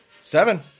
Seven